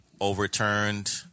overturned